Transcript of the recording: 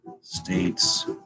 states